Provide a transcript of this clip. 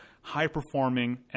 high-performing